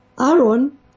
Aaron